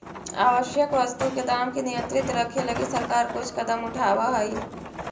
आवश्यक वस्तु के दाम के नियंत्रित रखे लगी सरकार कुछ कदम उठावऽ हइ